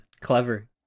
clever